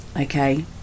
okay